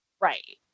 Right